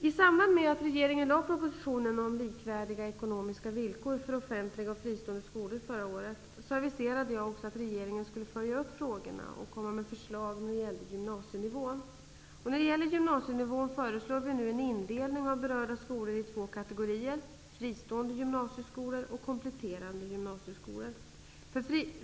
I samband med att regeringen lade fram propositionen om likvärdiga ekonomiska villkor för offentliga och fristående skolor förra året, aviserade jag att regeringen skulle följa upp frågorna och komma med förslag om gymnasienivån. När det gäller gymnasienivån föreslår vi nu en indelning av berörda skolor i två kategorier -- fristående gymnasieskolor och kompletterande gymnasieskolor.